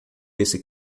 esse